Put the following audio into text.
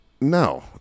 No